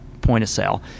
point-of-sale